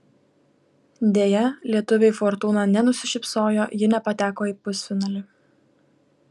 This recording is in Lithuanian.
deja lietuvei fortūna nenusišypsojo ji nepateko į pusfinalį